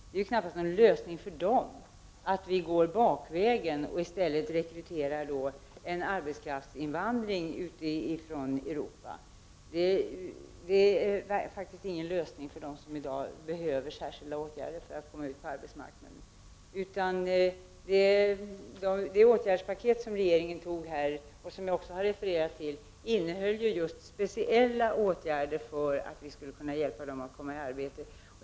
Det är knappast någon lösning att vi går bakvägen och rekryterar människor via en arbetskraftsinvandring från Europa. Det är ingen lösning för dem som i dag behöver särskilda åtgärder för att komma ut på arbetsmarknaden. Det åtgärdspaket som regeringen beslutade om, och som jag också har refererat till, innehöll speciella åtgärder för att hjälpa dessa människor att komma i arbete.